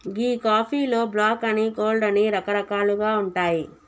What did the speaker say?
గీ కాఫీలో బ్లాక్ అని, కోల్డ్ అని రకరకాలుగా ఉంటాయి